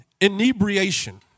inebriation